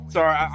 Sorry